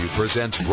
presents